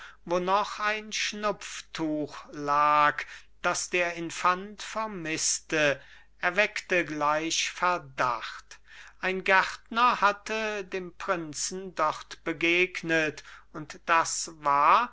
noch ein schnupftuch lag das der infant vermißte erweckte gleich verdacht ein gärtner hatte dem prinzen dort begegnet und das war